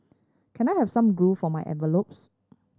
can I have some glue for my envelopes